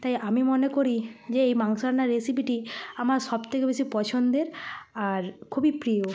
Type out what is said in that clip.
তাই আমি মনে করি যে এই মাংস রান্নার রেসিপিটি আমার সবথেকে বেশি পছন্দের আর খুবই প্রিয়